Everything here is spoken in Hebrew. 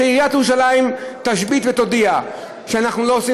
שעיריית ירושלים תשבית ותודיע: אנחנו לא עושים